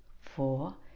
four